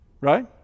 Right